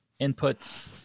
inputs